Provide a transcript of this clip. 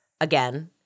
again